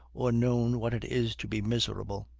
or known what it is to be miserable.